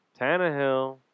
Tannehill